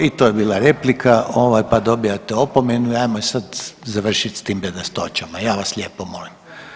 I to je bila replika ovaj, pa dobivate opomenu i ajmo sad završit s tim bedastoćama, ja vas lijepo molim.